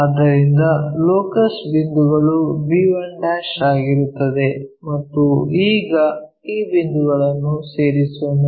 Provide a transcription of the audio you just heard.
ಆದ್ದರಿಂದ ಲೋಕಸ್ ಬಿಂದುಗಳು b1 ಆಗಿರುತ್ತದೆ ಮತ್ತು ಈಗ ಈ ಬಿಂದುಗಳನ್ನು ಸೇರಿಸೋಣ